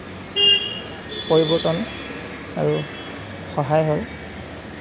পৰিৱৰ্তন আৰু সহায় হয়